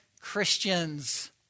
Christians